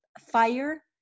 fire